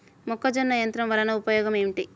మొక్కజొన్న యంత్రం వలన ఉపయోగము ఏంటి?